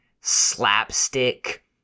slapstick